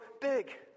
big